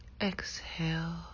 Exhale